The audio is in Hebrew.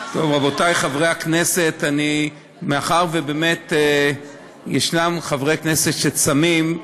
רבותי חברי הכנסת, מאחר שיש חברי כנסת שצמים,